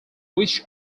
which